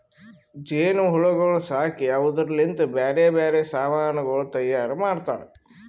ಜೇನು ಹುಳಗೊಳ್ ಸಾಕಿ ಅವುದುರ್ ಲಿಂತ್ ಬ್ಯಾರೆ ಬ್ಯಾರೆ ಸಮಾನಗೊಳ್ ತೈಯಾರ್ ಮಾಡ್ತಾರ